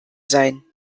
sein